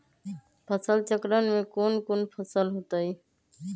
फसल चक्रण में कौन कौन फसल हो ताई?